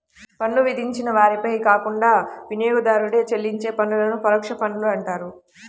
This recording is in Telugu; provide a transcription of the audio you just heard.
పన్ను విధించిన వారిపై కాకుండా వినియోగదారుడే చెల్లించే పన్నులను పరోక్ష పన్నులు అంటారు